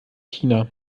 china